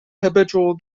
habitual